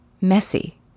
messy